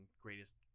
greatest